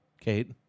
Kate